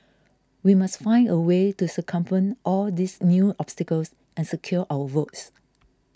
we must find a way to circumvent all these new obstacles and secure our votes